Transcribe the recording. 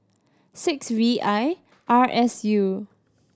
six V I R S U